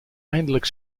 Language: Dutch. eindelijk